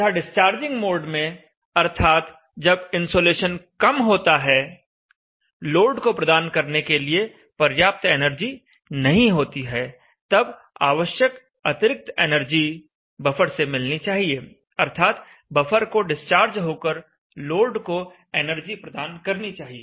तथा discharging mode में अर्थात जब इन्सोलेशन कम होता है लोड को प्रदान करने के लिए पर्याप्त एनर्जी नहीं होती है तब आवश्यक अतिरिक्त एनर्जी बफर से मिलनी चाहिए अर्थात बफर को डिस्चार्ज होकर लोड को एनर्जी प्रदान करनी चाहिए